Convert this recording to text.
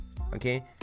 okay